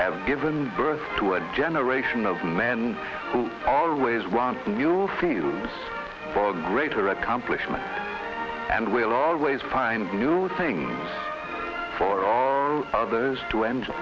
have given birth to a generation of men who always want a new field for greater accomplishment and we'll always find new things for others to enjoy